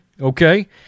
okay